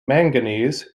manganese